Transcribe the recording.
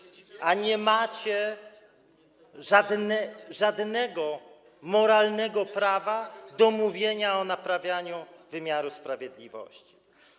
i nie macie żadnego moralnego prawa do mówienia o naprawianiu wymiaru sprawiedliwości.